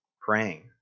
praying